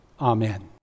Amen